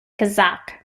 kazakh